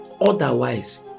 Otherwise